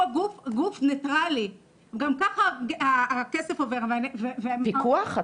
הוא גוף נטרלי, גם ככה הכסף עובר --- פיקוח?